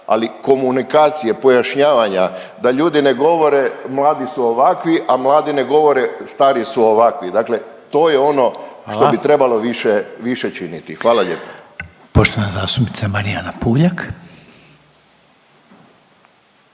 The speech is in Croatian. ali komunikacije, pojašnjavanja da ljudi ne govore mladi su ovakvi, a mladi ne govore stari su ovakvi, dakle to je ono …/Upadica Reiner: Hvala./… što bi trebalo